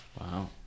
Wow